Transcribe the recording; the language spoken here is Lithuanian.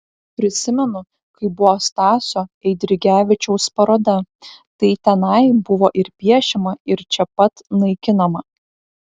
prisimenu kai buvo stasio eidrigevičiaus paroda tai tenai buvo ir piešiama ir čia pat naikinama